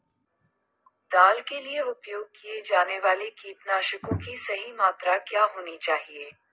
दाल के लिए उपयोग किए जाने वाले कीटनाशकों की सही मात्रा क्या होनी चाहिए?